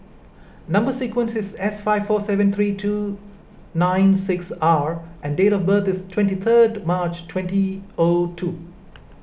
Number Sequence is S five four seven three two nine six R and date of birth is twenty third March twenty O two